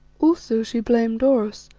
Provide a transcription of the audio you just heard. also she blamed oros,